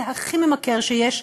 זה הכי ממכר שיש.